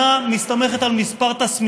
אותה, אתה, יואל חסון?